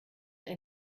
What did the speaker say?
ein